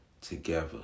together